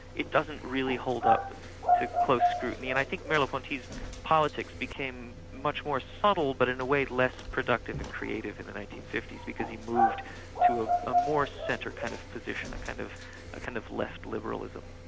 it doesn't really hold up to close scrutiny, and i think merleau-ponty's politics became much more subtle, but in a way less productive and creative in the nineteen fifty s, because he moved to ah a more centre kind of position, a kind of kind of left liberalism.